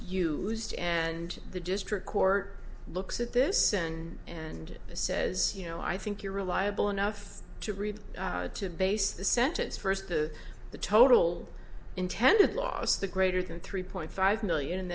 used and the district court looks at this and and says you know i think you're reliable enough to read to base a sentence first to the total intended loss the greater than three point five million and